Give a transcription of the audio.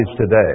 today